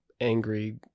angry